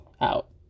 out